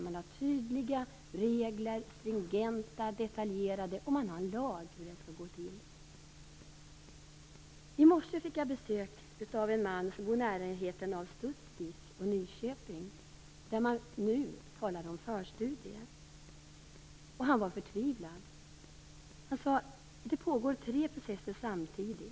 Man har tydliga regler som är stringenta och detaljerade, och man har en lag om hur det skall gå till. I morse fick jag besök av en man som bor i närheten av Studsvik och Nyköping, där man nu talar om förstudie. Han var förtvivlad. Han sade: Det pågår tre processer samtidigt.